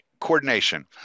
coordination